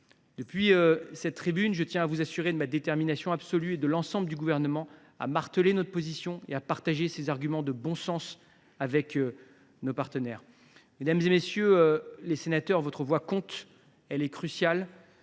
Depuis cette tribune, je tiens à vous assurer de ma détermination absolue et de celle de l’ensemble du Gouvernement à marteler notre position et à partager nos arguments de bon sens avec nos partenaires. Mesdames, messieurs les sénateurs, votre voix compte ; elle est même cruciale.